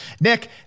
Nick